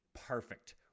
Perfect